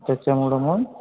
त्याच्यामुळं मग